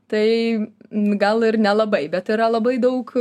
tai gal ir nelabai bet yra labai daug